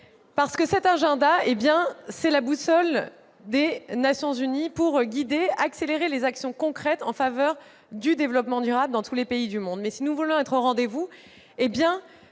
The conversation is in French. développement durable, c'est la boussole des Nations unies pour guider et accélérer les actions concrètes en faveur du développement durable dans tous les pays du monde. Si nous voulons être au rendez-vous,